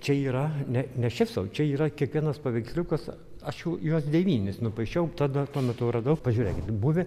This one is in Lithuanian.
čia yra ne ne šiaip sau čia yra kiekvienas paveiksliukas aš jau juos devynis nupaišiau tada tuo metu radau pažiūrėkit buvę